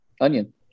onion